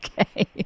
Okay